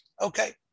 Okay